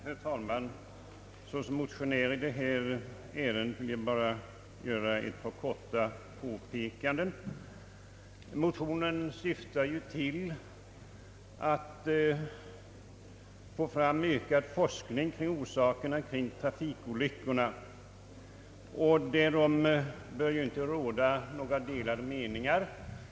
Herr talman! Såsom motionär i detta ärende vill jag bara göra ett par korta påpekanden. Motionen syftar ju till att få fram ökad forskning om orsakerna till trafikolyckorna. Om önskvärdheten härav bör inte råda några delade meningar.